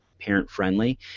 parent-friendly